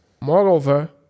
Moreover